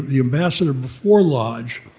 the ambassador before lodge,